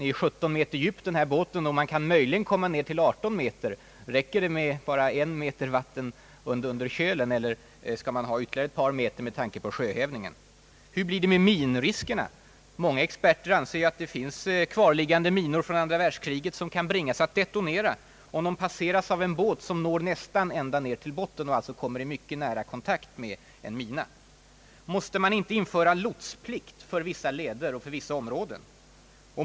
Den aktuella båten är ju 17 meter djup, och man kan möjligen komma ner till 18 meter. Räcker det med bara en meter vatten under kölen, eller skall man ha ytterligare ett par meter med tanke på sjöhävningen? Hur blir det med minriskerna? Många experter anser ju att det finns kvarliggande minor från andra världskriget vilka kan bringas att detonera om de passeras av en båt som når nästan ända ner till botten och alltså kommer i mycket nära kontakt med en mina. Måste man inte införa lotsplikt för vissa leder och för vissa områden?